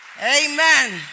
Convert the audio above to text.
Amen